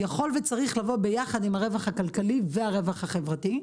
יכול וצריך לבוא ביחד עם הרווח הכלכלי והרווח החברתי,